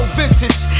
vintage